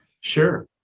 Sure